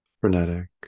frenetic